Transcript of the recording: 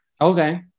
Okay